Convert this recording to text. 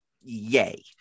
yay